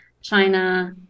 China